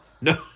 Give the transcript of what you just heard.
No